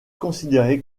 considéré